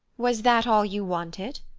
was that all you wanted?